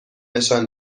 نشان